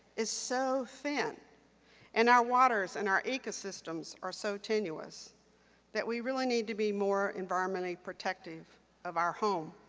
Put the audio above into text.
is so thin and our waters and our ecosystems are so tenuous that we really need to be more environmentally protective of our home.